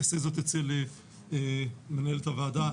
יעשה זאת אצל מנהלת הוועדה,